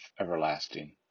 everlasting